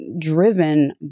driven